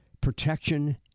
protection